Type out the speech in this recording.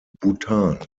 bhutan